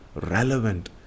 relevant